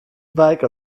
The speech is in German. bike